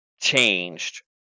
changed